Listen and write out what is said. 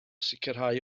sicrhau